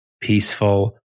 peaceful